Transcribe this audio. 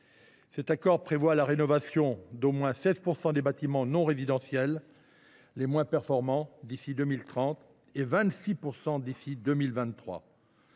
Cet accord prévoit la rénovation d’au moins 16 % des bâtiments non résidentiels les moins performants d’ici à 2030 et de 26